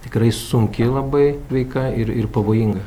tikrai sunki labai veika ir ir pavojinga